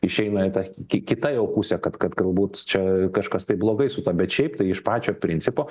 išeina ta ki kita jau pusė kad kad galbūt čia kažkas tai blogai su ta bet šiaip tai iš pačio principo